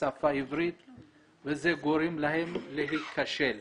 וזה גורם להם להיכשל.